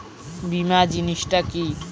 বীমা জিনিস টা কি?